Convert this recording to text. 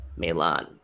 Melan